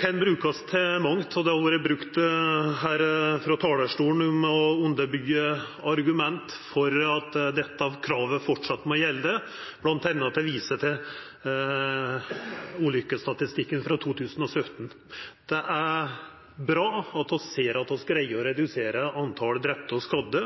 kan brukast til mangt, og det har vore brukt frå talarstolen her for å underbyggja argumentet om at dette kravet framleis må gjelda, bl.a. ved å visa til ulykkesstatistikken frå 2017. Det er bra at vi ser at vi greier å redusera talet på drepne og skadde